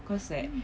mm